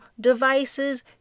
devices